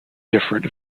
different